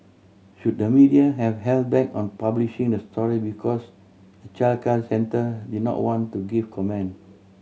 should the media have held back on publishing the story because the childcare centre did not want to give comment